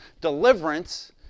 deliverance